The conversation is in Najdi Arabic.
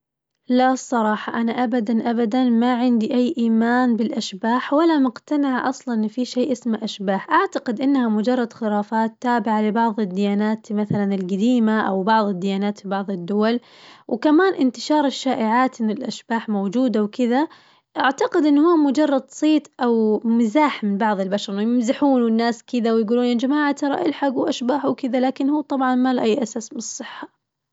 لا الصراحة أنا أبداً أبداً ما عندي أي إيمان بالأشباح ولا مقتنعة أصلاً إنه في شي اسمه أشباح، أعتقد إنها مجرد خرافات تابعة لبعظ الديانات مثلاً القديمة أو بعظ الديانات في بعظ الدول، وكمان انتشار الشائعات إن الأشباح موجودة وكذا أعتقد إنه هو مجرد صيت أو مزاج من بعظ البشر، يمزحون والناس كذا ويقولون يا جماعة ترى الحقوا أشباح وكذا لكن هو طبعاً ما له أي أساس من الصحة.